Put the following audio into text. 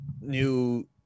new